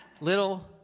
Little